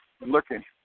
Looking